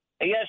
Yes